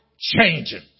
changing